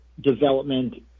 development